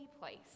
place